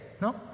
no